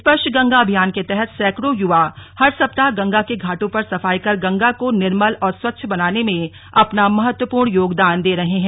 स्पर्ष गंगा अभियान के तहत सैकड़ों युवा हर सप्ताह गंगा के घाटों पर सफाई कर गंगा को निर्मल और स्वच्छ बनाने में अपना महत्वपूर्ण योगदान दे रहे हैं